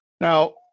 Now